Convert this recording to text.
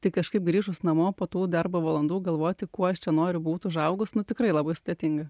tai kažkaip grįžus namo po tų darbo valandų galvoti kuo aš noriu būti užaugus nu tikrai labai sudėtinga